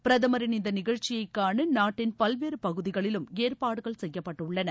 பிரதமரின் இந்த நிகழ்ச்சியை காண நாட்டின் பல்வேறு பகுதிகளிலும் ஏற்பாடுகள் செய்யப்பட்டுள்ளன